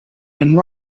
and